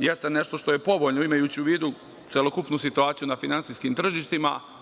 jeste nešto što je povoljno, imajući u vidu celokupnu situaciju na finansijskim tržištima. Ono